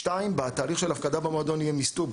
הדבר השני הוא שבתהליך של ההפקדה במועדון יהיה מיסתוג,